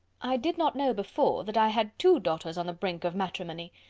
i did not know before, that i had two daughters on the brink of matrimony.